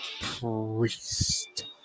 Priest